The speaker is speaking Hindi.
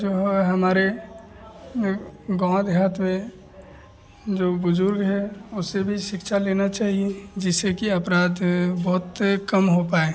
जो होए हमारे गाँव देहात में जो बुज़ुर्ग है उनसे भी शिक्षा लेना चाहिए जिससे कि अपराध बहुत कम हो पाए